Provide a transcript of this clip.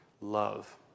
love